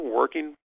working